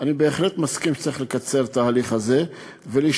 אני בהחלט מסכים שצריך לקצר את ההליך הזה ולהשתמש